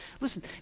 Listen